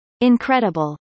Incredible